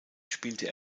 spielte